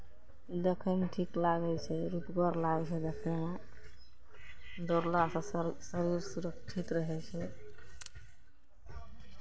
देखयमे ठीक लागै छै रूपगर लागै छै देखैमे दौड़लासँ शर् शरीर सुरक्षित रहै छै